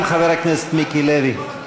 גם חבר הכנסת מיקי לוי.